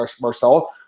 Marcel